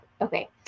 Okay